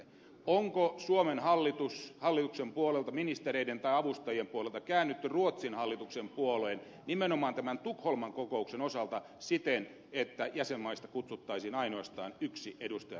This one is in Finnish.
onko suomen hallituksen puolelta ministereiden tai avustajien puolelta käännytty ruotsin hallituksen puoleen nimenomaan tämän tukholman kokouksen osalta siten että jäsenmaista kutsuttaisiin ainoastaan yksi edustaja tähän huippukokoukseen